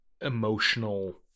emotional